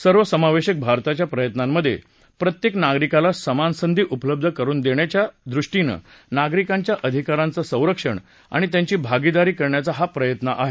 सर्वसमावेशक भारताच्या प्रयत्नांमध्ये प्रत्येक नागरिकाला समान संधी उपलब्ध करून देण्याच्या दृष्टीनं नागरिकांच्या अधिकारांचा संरक्षण आणि त्यांची भागीदारी करण्याचा हा प्रयत्न आहे